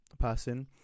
person